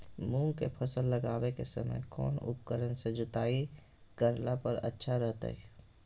मूंग के फसल लगावे के समय कौन उपकरण से जुताई करला पर अच्छा रहतय?